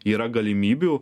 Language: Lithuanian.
yra galimybių